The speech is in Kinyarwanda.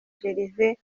gervais